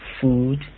food